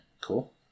Cool